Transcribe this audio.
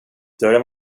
dörren